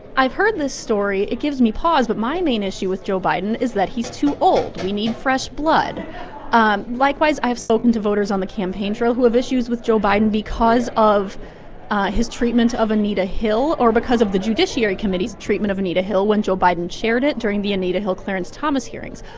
i've heard this story. it gives me pause. but my main issue with joe biden is that he's too old. we need fresh blood um likewise, i have spoken to voters on the campaign trail who have issues with joe biden because of his treatment of anita hill, or because of the judiciary committee's treatment of anita hill when joe biden chaired it during the anita hill-clarence thomas hearings.